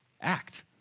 act